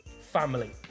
Family